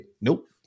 Nope